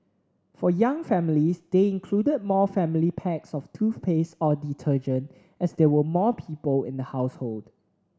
for young families they included more family packs of toothpaste or detergent as there were more people in the household